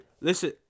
Listen